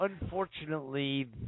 unfortunately